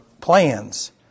plans